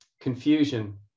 confusion